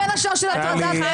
בין השאר של הטרדת עד.